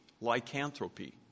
Lycanthropy